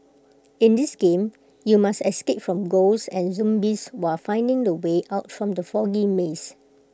in this game you must escape from ghosts and zombies while finding the way out from the foggy maze